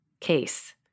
case